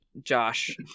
Josh